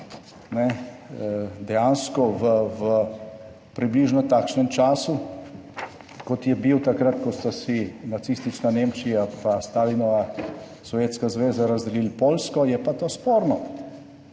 dejansko v približno takšnem času, kot je bil takrat, ko sta si nacistična Nemčija pa Stalinova Sovjetska zveza razdelili Poljsko, je pa to sporno.